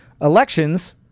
elections